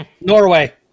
Norway